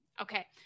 okay